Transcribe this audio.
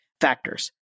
factors